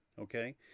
okay